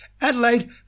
Adelaide